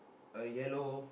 uh yellow